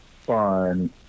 fun